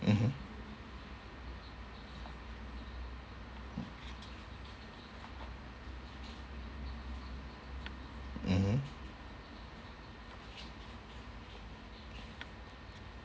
mmhmm mmhmm